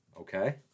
okay